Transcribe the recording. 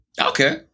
Okay